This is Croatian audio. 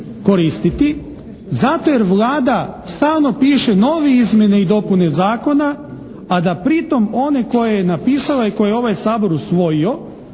koristiti zato jer Vlada stalno piše nove izmjene i dopune zakona, a da pritom one koje je napisala i koje je ovaj Sabor usvojio